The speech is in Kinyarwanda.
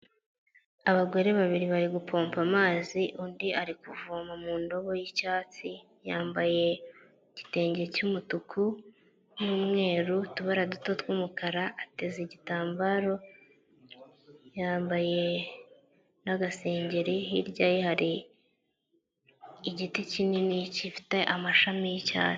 Abagore babiri bari gupomba amazi undi ari kuvoma mu ndobo y'icyatsi, yambaye igitenge cy'umutuku n'umweru utubara duto tw'umukara ateze igitambaro, yambaye n'agasengeri hirya ye hari igiti kinini gifite amashami y'icyatsi.